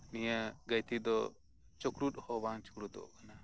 ᱱᱤᱭᱟᱹ ᱜᱟᱹᱭᱛᱤ ᱫᱚ ᱪᱩᱠᱲᱩᱫ ᱦᱚᱸ ᱵᱟᱝ ᱪᱩᱠᱲᱩᱫᱚᱜ ᱠᱟᱱᱟ